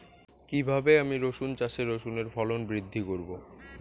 কীভাবে আমি রসুন চাষে রসুনের ফলন বৃদ্ধি করব?